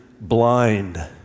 blind